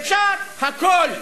אפשר הכול,